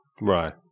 Right